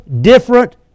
different